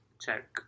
check